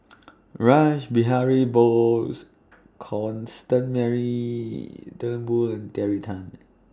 Rash Behari Bose Constance Mary Turnbull and Terry Tan